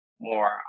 more